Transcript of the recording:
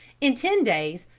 in ten days,